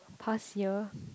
past year